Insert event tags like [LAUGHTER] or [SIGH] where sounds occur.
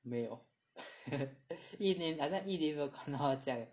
没有 [LAUGHS] 一年好像一年没有看到他这样 leh